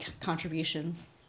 contributions